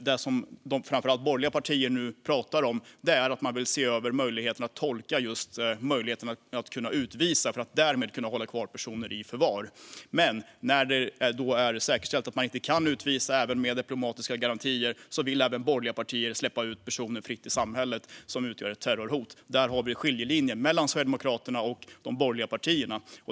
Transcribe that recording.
Det som framför allt borgerliga partier nu pratar om är att se över hur möjligheten att utvisa ska tolkas för att därmed kunna hålla kvar personer i förvar, men när det är säkerställt att man inte kan utvisa ens med diplomatiska garantier vill även borgerliga partier släppa ut personer som utgör terrorhot fritt i samhället. Där har vi skiljelinjen mellan Sverigedemokraterna och de borgerliga partierna.